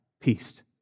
peace